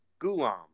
Gulam